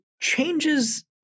changes